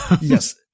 Yes